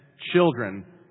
children